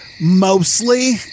mostly